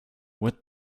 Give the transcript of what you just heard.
would